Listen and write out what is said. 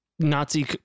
nazi